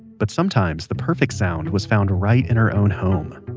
but sometimes the perfect sound was found right in her own home.